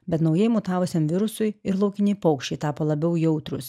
bet naujai mutavusiam virusui ir laukiniai paukščiai tapo labiau jautrūs